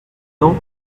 non